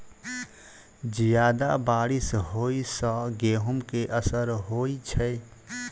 जियादा बारिश होइ सऽ गेंहूँ केँ असर होइ छै?